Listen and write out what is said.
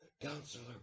counselor